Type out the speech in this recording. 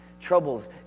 Troubles